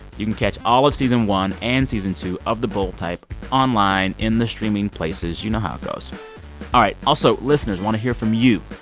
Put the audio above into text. you can catch all of season one and season two of the bold type online in the streaming places. you know how it goes all right, also, listeners, i want to hear from you.